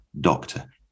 doctor